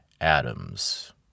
Adams